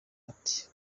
ati